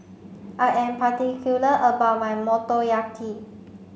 I am particular about my Motoyaki